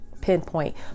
Pinpoint